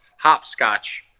hopscotch